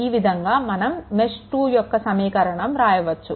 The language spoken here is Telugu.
ఈ విధంగా మనం మెష్2 యొక్క సమీకరణం వ్రాయవచ్చు